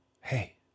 hey